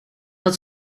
dat